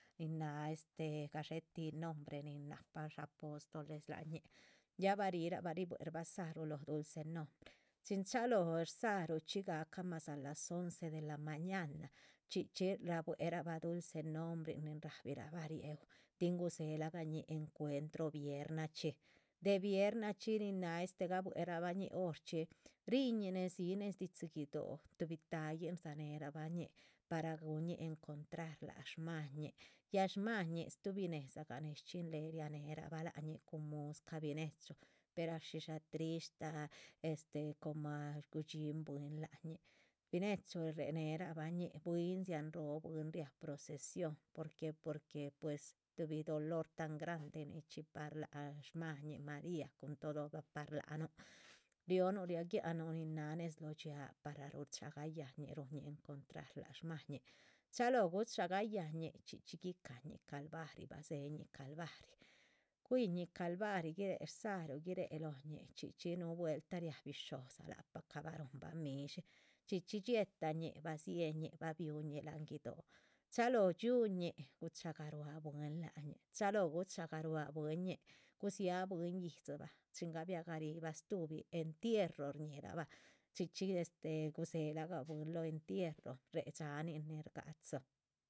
Nin náha este gadxé tih nombre nin nahpa apostolesñih ya bah rirah bah ribuehrabah rdzáruh, lóho dulce nombre, chin chalóho rdzaru chxí gahca mas a las once de la mañana. chxí chxí rabuerah bah dulce nombren nin rahbirabah riéu tin gudzela gah ñih encuentro, viernachxí de viernachxí nin náha este gabuerabañih horchxí ríhiñih. nezdzi nez dídzi guido´, tuhbi táyihn rdzaneherabah ñih, para guhun ñih encontrar lac shmañih, ya shmañih shtubih nédzagah néhez shchxin léhe rianera ga bah lác shmáñi, cun muscah binechu, pera shishá trishta este comah gudxin bwín láhañic, binechu réhenera bahñih, bwín dzián roho bwín riáha procesión, porque porque pues. tuhbi dolor tan grande nichxí par lac shmañih maria cun todo par lac nuh rionuh rio gia´c nuh nez lóho dxiaa para ruchagah yáhn ñih ruhunñih encontrar. lac shmáha ñih chalóho guchagah yáhn ñih, chxí chxí guica´hañi calvarih dzéhe ñih calvari, cuihiñi calvaro guiréhe rdzaruh guirehe lóhoñih chxí chxí núhu vueltah. riá bisho´dza lagah cah bah ruhunbah midshí, chxí chxí dxie tah ñih, ba dzihe ñi, ba bihuñih láhan guido´, chalóho dxiuh ñih, guchaga rua bwín lac ñih,. chalóho guchaga rua bwín lac ñih gudziah bwín yídzi bah chin gabiah garibah stuhubi entierro shñihirabah chxí chxí este gudzéhelagah bwín lóho entierro. réhe dxánin nin shgádzi.